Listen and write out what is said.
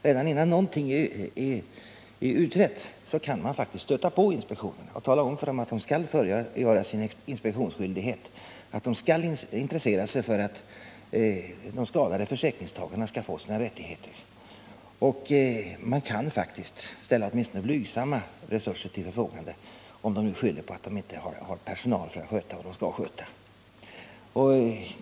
Redan innan något är utrett kan man faktiskt stöta på inspektionen och tala om för den att den skall fullgöra sin inspektionsskyldighet och att den skall intressera sig för att de skadade försäkringstagarna skall få sina rättigheter. Man kan faktiskt ställa åtminstone blygsamma resurser till förfogande, om den nu skyller på att den inte har personal för att sköta vad den skall sköta.